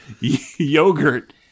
Yogurt